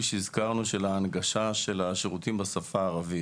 שהזכרנו של ההנגשה של השירותים בשפה הערבית,